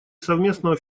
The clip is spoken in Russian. совместного